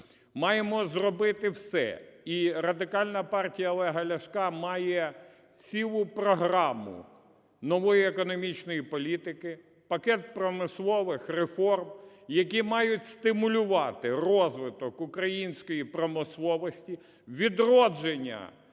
Маємо зробити все, і Радикальна партія Олега Ляшка має цілу програму нової економічної політики, пакет промислових реформ, які мають стимулювати розвиток української промисловості, відродження